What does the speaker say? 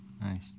Nice